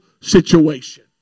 situation